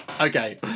okay